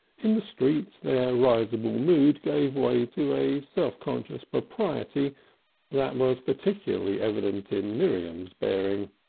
in the streets their risible mood gave way to a self-conscious propriety that was particularly evident in miriam's bearing.